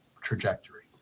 trajectory